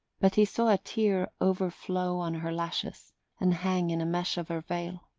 but he saw a tear overflow on her lashes and hang in a mesh of her veil.